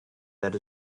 that